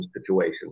situation